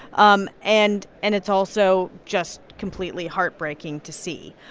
um and and it's also just completely heartbreaking to see.